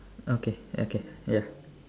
okay okay ya